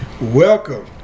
Welcome